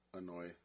annoy